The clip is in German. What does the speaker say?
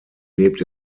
lebt